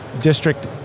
District